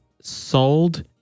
sold